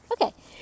Okay